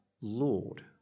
Lord